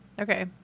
Okay